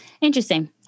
Interesting